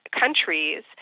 countries